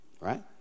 right